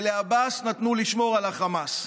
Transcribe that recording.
לעבאס נתנו לשמור על החמאס.